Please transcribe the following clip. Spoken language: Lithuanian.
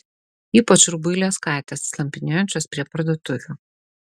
ypač rubuilės katės slampinėjančios prie parduotuvių